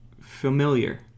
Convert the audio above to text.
familiar